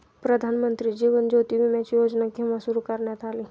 प्रधानमंत्री जीवन ज्योती विमाची योजना केव्हा सुरू करण्यात आली?